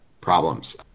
problems